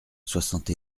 soixante